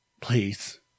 please